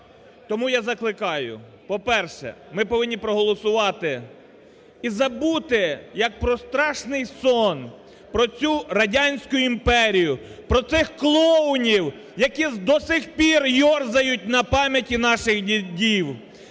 Тому я закликаю. По-перше, ми повинні проголосувати і забути, як про страшний сон, про цю "радянську імперію", про цих клоунів, які до сих пір йорзають на пам'яті наших дідів,